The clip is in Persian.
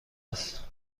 است